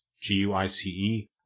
G-U-I-C-E